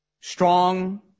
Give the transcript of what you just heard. strong